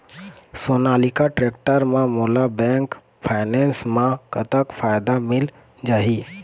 Sonalika tractor म मोला bank finance म कतक फायदा मिल जाही?